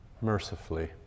mercifully